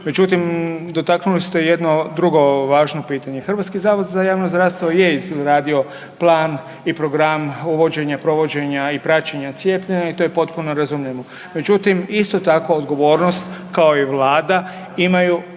Međutim, dotaknuli ste jedno drugo važno pitanje. HZJZ je izradio plan i program uvođenja, provođenja i praćenja cijepljenja i to je potpuno razumljivo. Međutim, isto tako odgovornost kao i vlada imaju